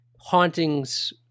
hauntings